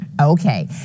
Okay